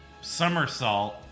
somersault